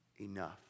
enough